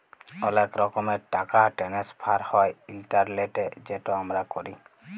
অলেক রকমের টাকা টেনেসফার হ্যয় ইলটারলেটে যেট আমরা ক্যরি